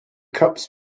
cups